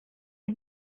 les